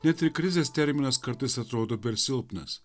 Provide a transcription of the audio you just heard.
net ir krizės terminas kartais atrodo per silpnas